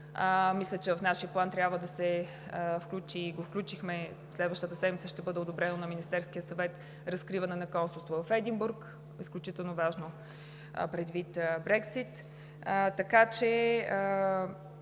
Мисля, че в нашия план трябва да се включи и следващата седмица ще бъде одобрено в Министерския съвет разкриване на консулство в Единбург – изключително важно предвид Брекзит.